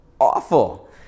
awful